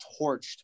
torched